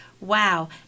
Wow